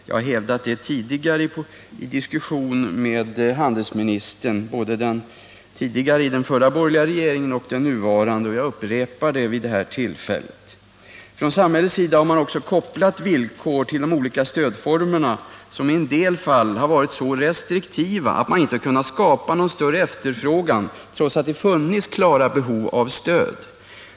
Jag har hävdat detta tidigare i diskussion med handelsministern — både den tidigare handelsministern i den förra borgerliga regeringen och den nuvarande handelsministern — och jag upprepar det vid det här tillfället. Från samhällets sida har också till de olika stödformerna kopplats villkor som i en del fall har varit så restriktiva att de inte kunnat skapa någon större efterfrågan trots att det funnits klara behov av stöd.